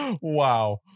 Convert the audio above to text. Wow